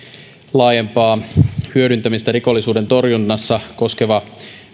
laajempaa hyödyntämistä rikollisuuden torjunnassa koskevan